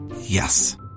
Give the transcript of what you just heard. Yes